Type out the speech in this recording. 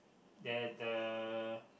that uh